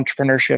entrepreneurship